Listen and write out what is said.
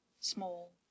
small